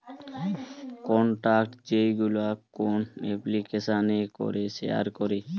contact যেইগুলো কোন এপ্লিকেশানে করে শেয়ার করে